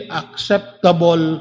acceptable